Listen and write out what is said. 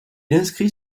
inscrit